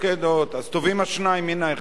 ואני אומר את הדברים האלה,